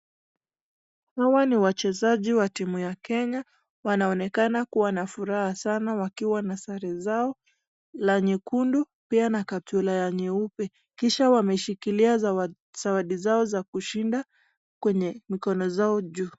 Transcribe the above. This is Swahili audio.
Hawa ni wachezaji wa timu ya kenya, wanaonekana kuwa na furaha sana wakiwa na sare zao la nyekundu pia na kaptura ya nyeupe, kisha wameshikilia zawadi zao za kushinda kwenye mikono zao juu.